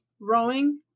rowing